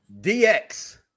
DX